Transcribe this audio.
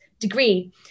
degree